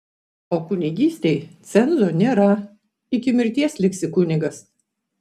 o kunigystei cenzo nėra iki mirties liksi kunigas